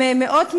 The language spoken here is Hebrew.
עם מאות מיליונים,